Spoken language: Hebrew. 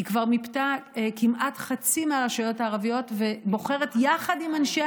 היא כבר מיפתה כמעט חצי מהרשויות הערביות ובוחרת יחד עם אנשי